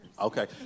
okay